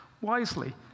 wisely